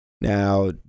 Now